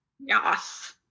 Yes